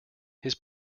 his